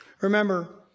Remember